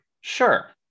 Sure